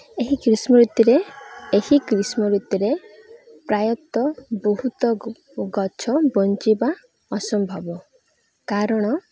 ଏହି ଗ୍ରୀଷ୍ମ ଋତୁରେ ଏହି ଗ୍ରୀଷ୍ମ ଋତୁରେ ପ୍ରାୟତଃ ବହୁତ ଗଛ ବଞ୍ଚିବା ଅସମ୍ଭବ କାରଣ